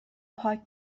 پاک